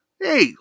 hey